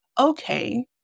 okay